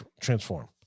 transform